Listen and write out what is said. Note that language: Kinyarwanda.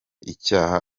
icyaha